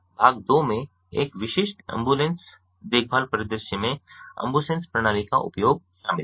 भाग दो में एक विशिष्ट एंबुलेंस देखभाल परिदृश्य में अम्बुसेन्स प्रणाली का उपयोग शामिल है